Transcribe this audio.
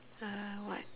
a what